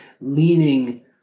leaning